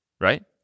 right